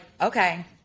okay